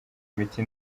imiti